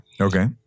Okay